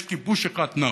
יש כיבוש אחד נאור,